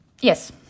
Yes